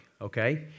okay